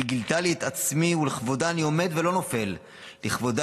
/ היא גילתה לי את עצמי / ולכבודה אני עומד ולא נופל / לכבודה